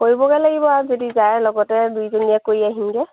কৰিবগৈ লাগিব আৰু যদি যায় লগতে দুয়োজনীয়ে কৰি আহিমগৈ